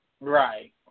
Right